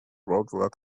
roadwork